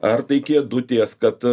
ar tai kėdutės kad